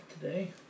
today